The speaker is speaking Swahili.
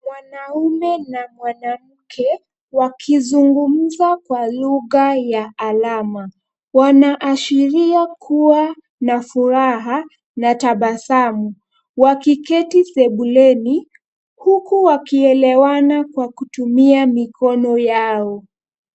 Mwanaume na mwanamke wakizungumza kwa lugha ya alama. Wanaashiria kuwa na furaha na tabasamu wakiketi sebuleni huku wakielewana kwa kutumia mikono yao.